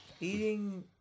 Eating